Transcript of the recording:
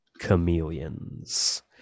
chameleons